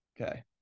Okay